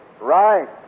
Right